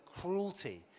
cruelty